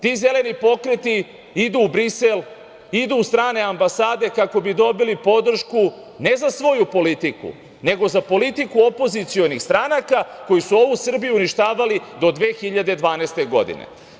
Ti zeleni pokreti idu u Brisel, idu u strane ambasade kako bi dobili podršku ne za svoju politiku, nego za politiku opozicionih stranaka koji su ovu Srbiju uništavali do 2012. godine.